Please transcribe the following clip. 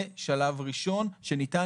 זה שלב ראשון שניתן,